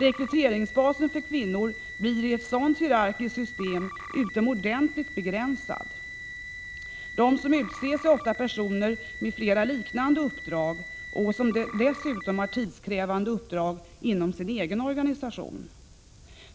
Rekryteringsbasen för kvinnor blir i ett sådant hierarkiskt system utomordentligt begränsad. De som utses är ofta personer med flera liknande uppdrag och som dessutom har tidskrävande uppdrag inom sin egen organisation.